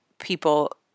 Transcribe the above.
people